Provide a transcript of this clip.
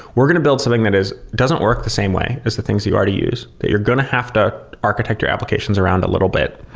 we're going to build something that doesn't work the same way as the things you already use that you're going to have to architect your applications around a little bit.